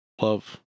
love